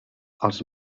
els